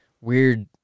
weird